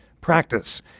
practice